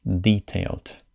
detailed